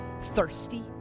thirsty